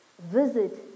visit